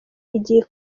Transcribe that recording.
igihe